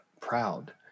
proud